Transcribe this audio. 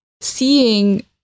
seeing